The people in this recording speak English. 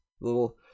Little